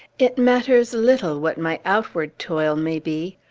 it matters little what my outward toil may be.